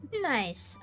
Nice